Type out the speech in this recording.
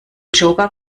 joker